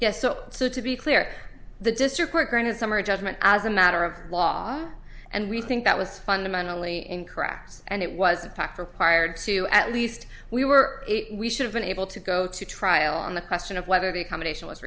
yes so so to be clear the district court granted summary judgment as a matter of law and we think that was fundamentally in cracks and it was in fact required to at least we were we should have been able to go to trial on the question of whether become a nation was